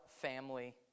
family